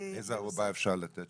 איזו ערובה אפשר לתת?